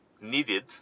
needed